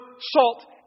salt